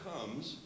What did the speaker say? comes